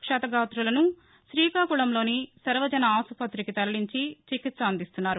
క్షతగాతులను శ్రీకాకుళంలోని సర్వజన ఆసుపతికి తరలించి చికిత్స అందిస్తున్నారు